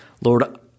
Lord